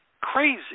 crazy